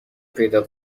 پیدا